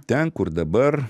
ten kur dabar